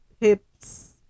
hips